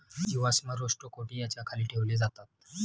जीवाश्म रोस्ट्रोकोन्टि याच्या खाली ठेवले जातात